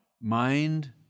mind